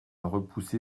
repoussé